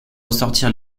ressortir